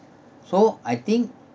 so I think